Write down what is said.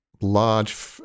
large